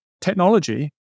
technology